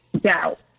doubt